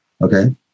Okay